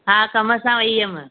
हा कमु सां वई हुयमि